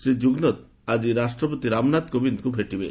ଶ୍ରୀ ଜୁଗନାଥ୍ ଆକି ରାଷ୍ଟ୍ରପତି ରାମନାଥ କୋବିନ୍ଦଙ୍କୁ ଭୋଟିବେ